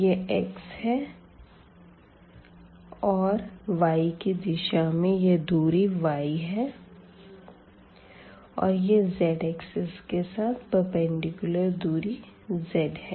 यह x है और y की दिशा में यह दूरी y है और यह z एक्सिस के साथ प्रपेंडिकूलर दूरी z है